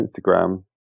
Instagram